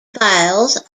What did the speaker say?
files